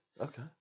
Okay